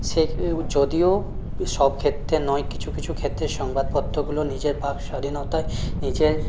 সে যদিও সব ক্ষেত্রে নয় কিছু কিছু ক্ষেত্রে সংবাদপত্রগুলো নিজের বাক স্বাধীনতা নিজের